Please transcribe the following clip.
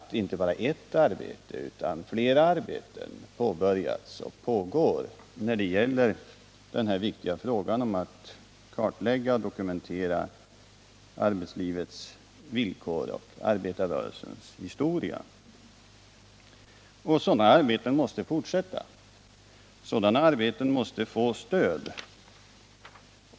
ö. inte bara ett, utan flera — påbörjats och pågår när det gäller den viktiga frågan om att kartlägga och dokumentera arbetslivets villkor och arbetarrörelsens historia. Sådana arbeten måste fortsätta, och de måste få stöd.